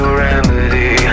remedy